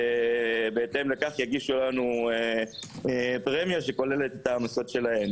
בהתאם לכך יגישו לנו פרמיה שכוללות את ה- -- שלהם.